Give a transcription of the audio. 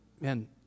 man